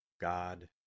God